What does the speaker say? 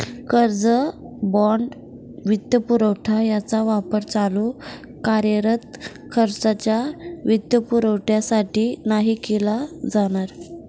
कर्ज, बाँड, वित्तपुरवठा यांचा वापर चालू कार्यरत खर्चाच्या वित्तपुरवठ्यासाठी नाही केला जाणार